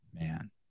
Man